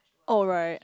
oh right